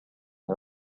هذا